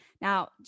Now